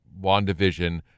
WandaVision